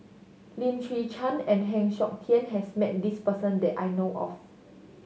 Lim Chwee Chian and Heng Siok Tian has met this person that I know of